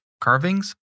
carvings